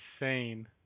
insane